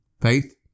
Faith